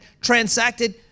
transacted